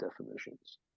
definitions